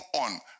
on